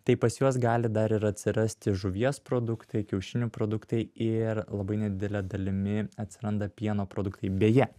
tai pas juos gali dar ir atsirasti žuvies produktai kiaušinių produktai ir labai nedidele dalimi atsiranda pieno produktai beje